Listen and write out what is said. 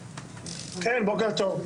כן בוקר טוב.